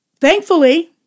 Thankfully